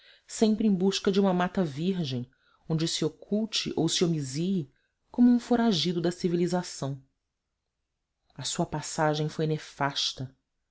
sempre em busca de uma mata virgem onde se oculte ou se homizie como um foragido da civilização a sua passagem foi nefasta